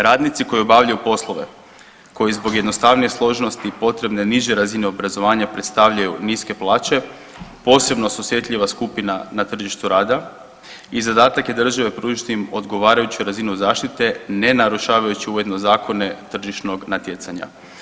Radnici koji obavljaju poslove koji zbog jednostavnije složenosti i potrebne niže razine obrazovanja predstavljaju niske plaće posebno su osjetljiva skupina na tržištu rada i zadatak je države pružiti im odgovarajuću razinu zaštite ne narušavajući ujedno zakone tržišnog natjecanja.